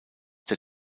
der